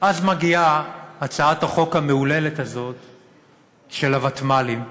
ואז מגיעה הצעת החוק המהוללת הזו של הוותמ"לים,